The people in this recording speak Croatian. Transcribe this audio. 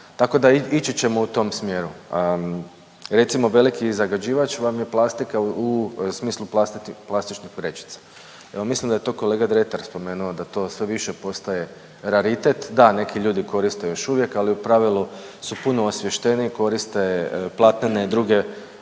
Tako da ići ćemo u tom smjeru. Recimo veliki zagađivač, vam je plastika u smisli plastičnih vrećica. Mislim da je to kolega Dretar spomenuo da to sve više postaje raritet. Da, neki ljudi koriste još uvijek ali u pravilu su puno osvješteniji, koriste platnene i druge